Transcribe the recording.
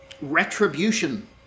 Retribution